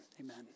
amen